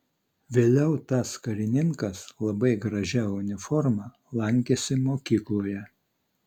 vėliau tas karininkas labai gražia uniforma lankėsi mokykloje